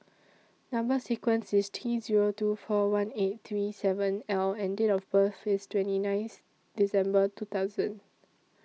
Number sequence IS T Zero two four one eight three seven L and Date of birth IS twenty ninth December two thousand